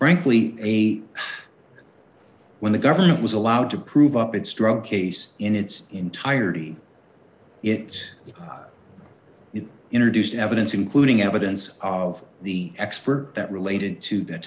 was rankly a when the government was allowed to prove up its drug case in its entirety it's because it introduced evidence including evidence of the expert that related to that